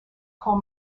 coal